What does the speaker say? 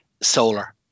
solar